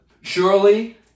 Surely